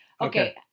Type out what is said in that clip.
Okay